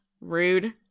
Rude